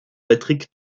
patrick